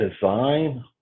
design